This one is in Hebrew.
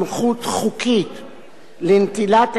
לנטילת אמצעי זיהוי ממסתננים.